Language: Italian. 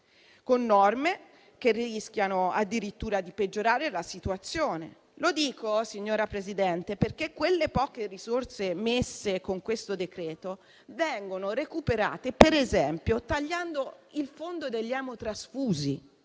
con norme che rischiano addirittura di peggiorare la situazione. Lo dico perché, signora Presidente, quelle poche risorse messe con questo decreto-legge vengono recuperate, per esempio, tagliando il fondo per gli emotrasfusi: